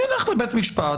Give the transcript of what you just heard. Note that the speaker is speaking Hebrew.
שילך לבית משפט,